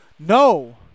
No